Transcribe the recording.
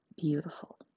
beautiful